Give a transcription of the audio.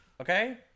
Okay